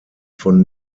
von